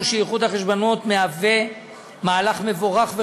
שאיחוד החשבונות מהווה מהלך מבורך וחשוב,